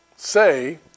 say